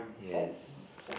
yes